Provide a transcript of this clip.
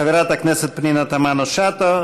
חברת הכנסת פנינה תמנו שטה,